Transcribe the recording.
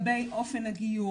לגבי אופן הגיור